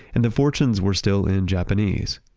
and the fortunes were still in japanese.